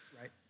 Right